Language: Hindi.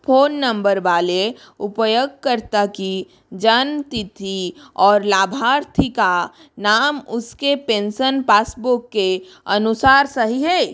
फोन नंबर वाले उपयोगकर्ता की जन्म तिथि और लाभार्थी का नाम उसके पेंसन पासबुक के अनुसार सही है